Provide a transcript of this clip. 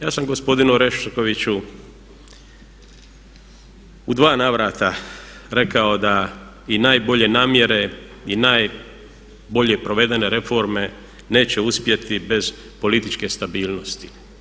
Ja sam gospodinu Oreškoviću u dva navrata rekao da i najbolje namjere i najbolje provedene reforme neće uspjeti bez političke stabilnosti.